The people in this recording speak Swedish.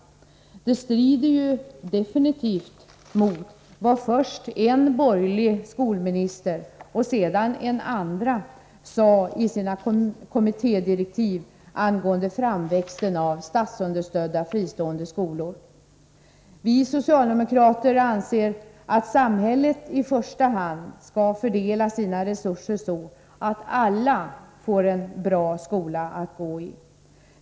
Det strider ju definitivt mot vad först en borgerlig skolminister och sedan en andra sade i sina kommittédirektiv angående framväxten av statsunderstödda fristående skolor. Vi socialdemokrater anser att samhället i första hand skall fördela sina resurser så, att alla får en bra skola att gå i.